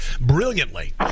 brilliantly